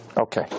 Okay